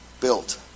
built